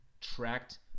tracked